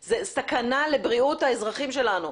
זה סכנה לבריאות האזרחים שלנו,